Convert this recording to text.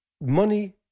money